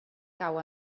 cau